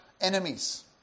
enemies